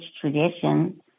tradition